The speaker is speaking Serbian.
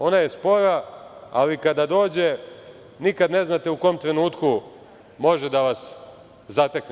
Ona je spora, ali kada dođe nikad ne znate u kom trenutku može da vas zatekne.